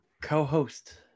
co-host